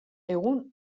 egun